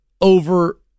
over